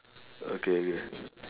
okay okay